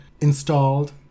installed